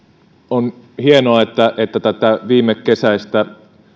on hienoa että tätä viimekesäistä